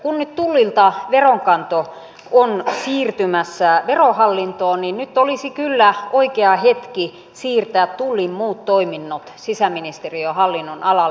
kun nyt tullilta veronkanto on siirtymässä verohallintoon niin olisi kyllä oikea hetki siirtää tullin muut toiminnot sisäministeriön hallinnonalalle